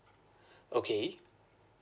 okay